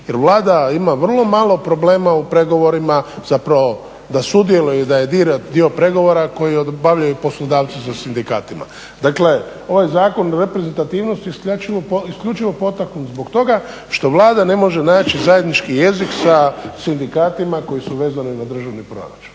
jer Vlada ima vrlo malo problema u pregovorima, zapravo da sudjeluje i da je dio pregovora koji obavljaju poslodavci za sindikatima. Dakle ovaj zakon reprezentativnosti skrećemo isključivo potokom zbog toga što Vlada ne može naći zajednički jezik sa sindikatima koji su vezani za državni proračun